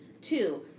Two